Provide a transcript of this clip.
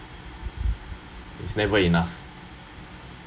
it’s never enough